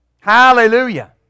Hallelujah